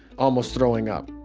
almost throwing up,